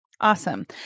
Awesome